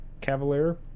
cavalier